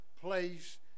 place